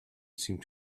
seemed